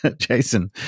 Jason